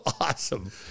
awesome